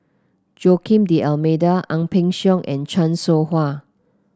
Joaquim D'Almeida Ang Peng Siong and Chan Soh Ha